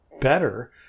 better